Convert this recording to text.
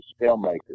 filmmakers